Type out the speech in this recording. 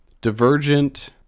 Divergent